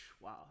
Wow